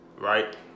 right